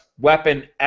weapon